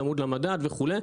צמוד למדד וכו'.